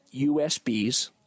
USBs